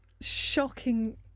shocking